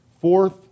fourth